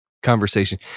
conversation